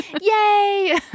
Yay